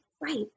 right